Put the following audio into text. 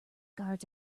guards